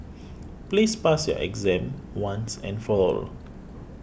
please pass your exam once and for all